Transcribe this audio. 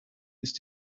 ist